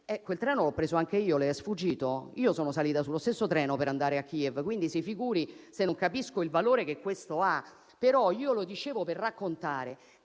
quel treno l'ho preso anche io, le è sfuggito? Io sono salita sullo stesso treno per andare a Kiev, quindi si figuri se non capisco il valore che questo ha. Però lo dicevo per raccontare